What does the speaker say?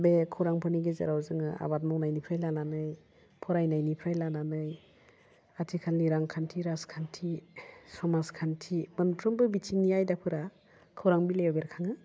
बे खौरांफोरनि गेजेराव जोङो आबाद मावनायनिफ्राय लानानै फरायनायनिफ्राय लानानै आथिखालनि रांखान्थि राजखान्थि समाजखान्थि मोनफ्रोमबो बिथिंनि आयदाफ्रा खौरां बिलाइआव बेरखाङो